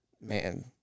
Man